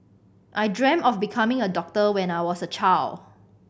I dreamt of becoming a doctor when I was a child